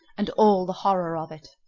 and all the horror of it,